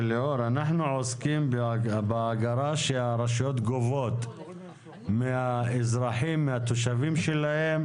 אנחנו עוסקים באגרה שהרשויות גובות מהתושבים שלהן,